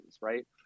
right